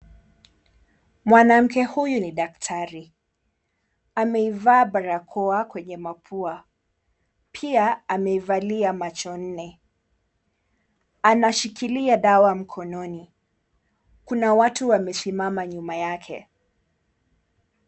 Mwanamke huyu ni daktari. Ameivaa barakoa kwenye mapua, pia ameivalia macho nne. Anashikilia dawa mkononi, kuna watu wamesimama nyuma yake.